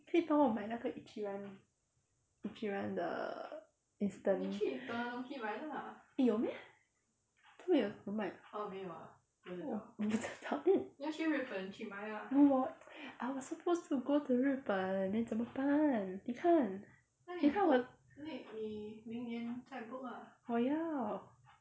可以帮我买那个 ichiran ichiran the instant eh 有：you meh 都没有怎么买不知道我 I was supposed to go to 日本 then 怎么办你看你看我